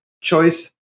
choice